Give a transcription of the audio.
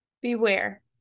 Beware